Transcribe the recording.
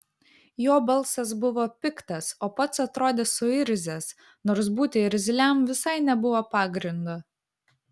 jo balsas buvo piktas o pats atrodė suirzęs nors būti irzliam visai nebuvo pagrindo